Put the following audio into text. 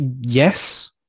Yes